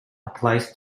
applies